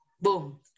boom